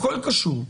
הכול קשור.